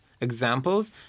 examples